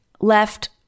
left